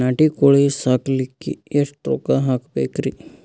ನಾಟಿ ಕೋಳೀ ಸಾಕಲಿಕ್ಕಿ ಎಷ್ಟ ರೊಕ್ಕ ಹಾಕಬೇಕ್ರಿ?